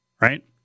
right